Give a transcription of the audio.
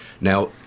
Now